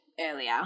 earlier